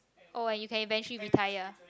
oh you can eventually retire